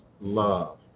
love